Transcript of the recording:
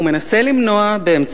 הוא מנסה למנוע,